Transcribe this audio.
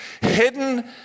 Hidden